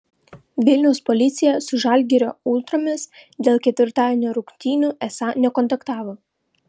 vilniaus policija su žalgirio ultromis dėl ketvirtadienio rungtynių esą nekontaktavo